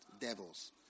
devils